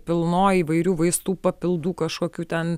pilnoj įvairių vaistų papildų kažkokių ten